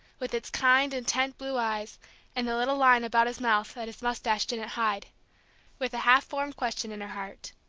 with its kind, intent blue eyes and the little lines about his mouth that his moustache didn't hide with a half-formed question in her heart.